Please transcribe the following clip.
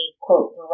quote